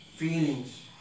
feelings